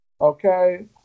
okay